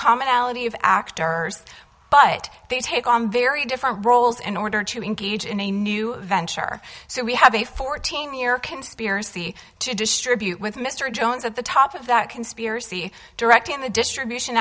commonality of actors but they take on very different roles in order to engage in a new venture so we have a fourteen year conspiracy to distribute with mr jones at the top of that conspiracy directing the distribution